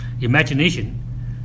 imagination